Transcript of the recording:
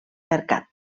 mercat